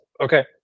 Okay